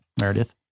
Meredith